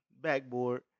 backboard